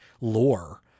lore